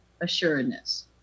assuredness